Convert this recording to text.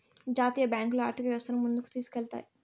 జాతీయ బ్యాంకులు ఆర్థిక వ్యవస్థను ముందుకు తీసుకెళ్తాయి